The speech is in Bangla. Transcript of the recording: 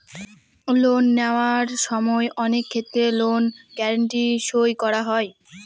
লোন নেওয়ার সময় অনেক ক্ষেত্রে লোন গ্যারান্টি সই করা হয়